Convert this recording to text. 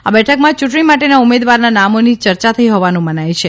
આ બેઠકમાં યૂંટણી માટેના ઉમેદાવારના નામોની યર્યા થઇ હોવાનું મનાથ છે